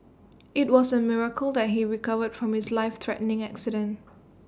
IT was A miracle that he recovered from his life threatening accident